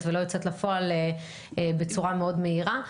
ולא יוצאת לפועל בצורה מאוד מהירה.